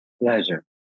Pleasure